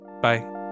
bye